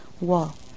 wall